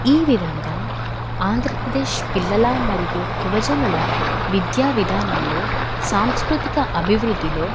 ఈ విధంగా ఆంధ్రప్రదేశ్ పిల్లల మరియు యువజనుల విద్యా విధానంలో సాంస్కృతిక అభివృద్ధిలో